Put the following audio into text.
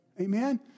Amen